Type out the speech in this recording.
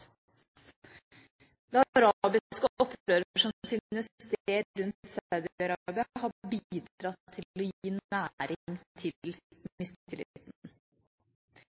Det arabiske opprøret som finner sted rundt Saudi-Arabia, har bidratt til å gi næring til mistilliten.